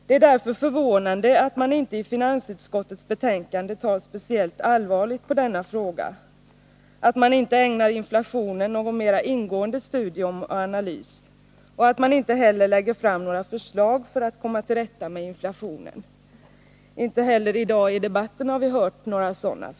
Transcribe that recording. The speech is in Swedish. Det är därför förvånande att inte finansutskottet i sitt betänkande tar speciellt allvarligt på denna fråga, att utskottet inte ägnar inflationen mera ingående studium och analys och inte heller lägger fram några förslag för att komma till rätta med inflationen. Vi har inte heller hört några sådana förslag framföras i dagens debatt.